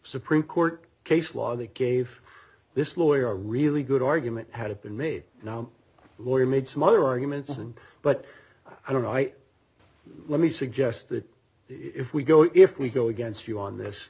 supreme court case law they gave this lawyer a really good argument had been made no lawyer made some other arguments and but i don't know i let me suggest that if we go if we go against you on